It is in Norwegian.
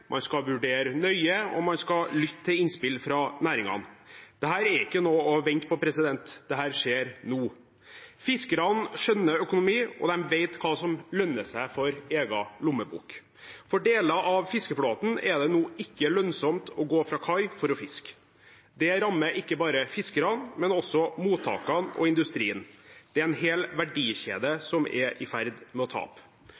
man skal vurdere nøye, og man skal lytte til innspill fra næringene. Dette er ikke noe å vente på. Dette skjer nå. Fiskerne skjønner økonomi, og de vet hva som lønner seg for egen lommebok. For deler av fiskeflåten er det nå ikke lønnsomt å gå fra kai for å fiske. Det rammer ikke bare fiskerne, men også mottakene og industrien. Det er en hel